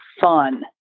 fun